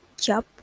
job